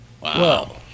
Wow